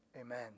Amen